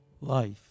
life